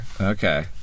Okay